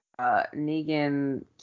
Negan